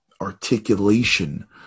articulation